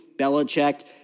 Belichick